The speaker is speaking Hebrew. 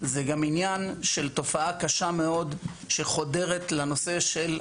זה גם עניין של תופעה קשה מאוד שחודרת לנושא של המכרזים.